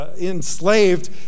enslaved